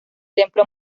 templo